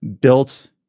Built